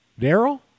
Daryl